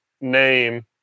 name